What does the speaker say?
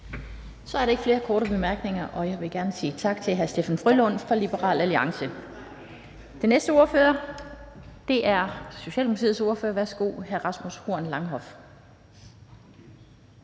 Så er der ikke flere korte bemærkninger. Jeg vil gerne sige tak til hr. Steffen W. Frølund fra Liberal Alliance. Den næste ordfører er Socialdemokratiets ordfører. Værsgo, hr. Rasmus Horn Langhoff.